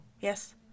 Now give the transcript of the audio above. Yes